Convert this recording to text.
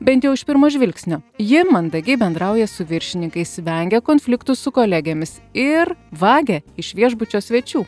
bent jau iš pirmo žvilgsnio ji mandagiai bendrauja su viršininkais vengia konfliktų su kolegėmis ir vagia iš viešbučio svečių